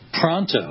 pronto